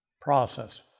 process